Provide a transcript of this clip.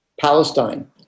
Palestine